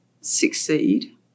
succeed